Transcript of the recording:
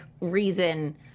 reason